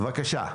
בבקשה.